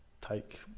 take